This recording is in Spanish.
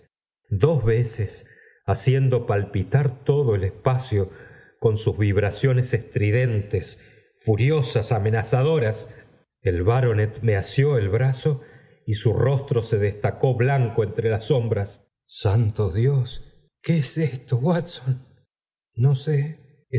dos veces háciendo palpitar todo el espacio con sus vibraciones estridentes furiosas amenazadoras fr baronei me asió el brazo y eu rostro se destacó entre las sombras santo dios qué es esto